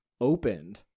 opened